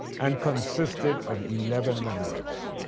and consisted of eleven members.